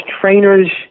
trainers